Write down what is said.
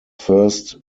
first